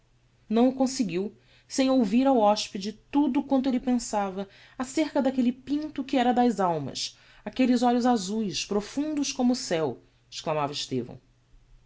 não o conseguiu sem ouvir ao hospede tudo quanto elle pensava ácerca daquelle pinto que era das almas aquelles olhos azues profundos como o ceu exclamava estevão